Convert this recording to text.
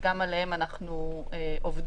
שגם עליהן אנחנו עובדים,